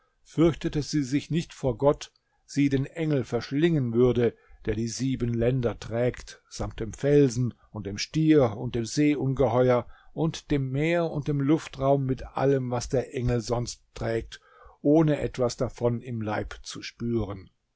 fürchtete sie sich nicht vor gott sie den engel verschlingen würde der die sieben länder trägt samt dem felsen und dem stier und dem seeungeheuer und dem meer und dem luftraum mit allem was der engel sonst trägt ohne etwas davon im leib zu spüren